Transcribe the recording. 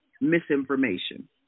misinformation